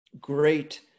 Great